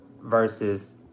versus